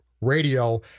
radio